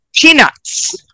peanuts